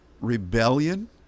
rebellion